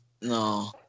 no